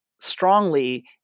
strongly